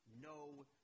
no